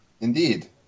Indeed